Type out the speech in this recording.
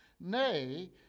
Nay